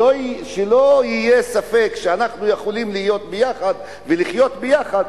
שלא יהיה ספק שאנחנו יכולים להיות יחד ולחיות יחד,